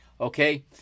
okay